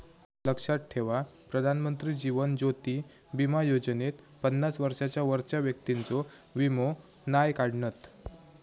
लक्षात ठेवा प्रधानमंत्री जीवन ज्योति बीमा योजनेत पन्नास वर्षांच्या वरच्या व्यक्तिंचो वीमो नाय काढणत